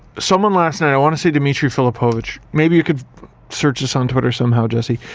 someone last night. i want to say dimitri filipovic. maybe you could search this on twitter somehow, jesse.